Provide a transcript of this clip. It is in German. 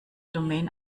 domain